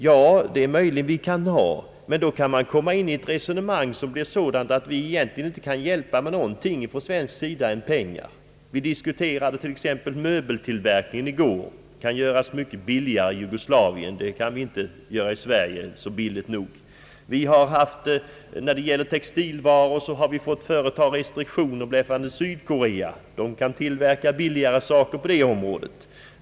Ja, det är möjligt, men då kan man komma in i det resonemanget att vi egentligen inte kan hjälpa med någonting annat än pengar ifrån svensk sida. Vi diskuterade t.ex. möbeltillverkning i går. Den kan göras mycket billigare i Jugoslavien, Vi har måst införa restriktioner beträffande = textilvaror från Sydkorea, som kan tillverka sådana saker mycket billigare.